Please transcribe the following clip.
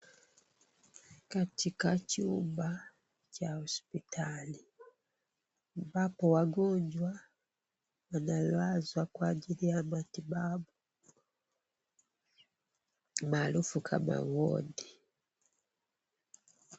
Katika chumba cha hospitali ambako wagonjwa wanalazwa kwa ajili ya matibabu maarufu kama wodi.